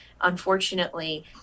unfortunately